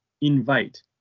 Invite